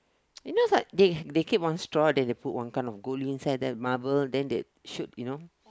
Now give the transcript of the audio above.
you know is like they they keep one straw then they put one kind of gold inside there marble then they shoot you know